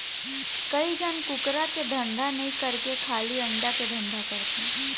कइ झन कुकरा के धंधा नई करके खाली अंडा के धंधा करथे